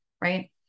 right